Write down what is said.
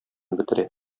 бетерә